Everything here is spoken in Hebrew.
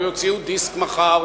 או יוציאו דיסק מחר,